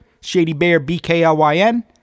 ShadyBearBKLYN